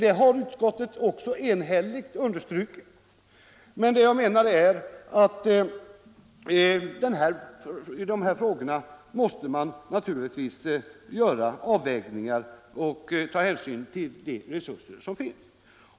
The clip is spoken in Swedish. Det har utskottet också enhälligt understrukit. Men jag menar att i de här frågorna måste man göra avvägningar och ta hänsyn till vilka resurser som finns.